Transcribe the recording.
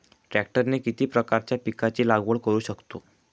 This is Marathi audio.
ट्रॅक्टरने किती प्रकारच्या पिकाची लागवड करु शकतो?